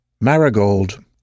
Marigold